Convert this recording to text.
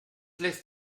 lässt